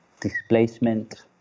displacement